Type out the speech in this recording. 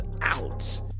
out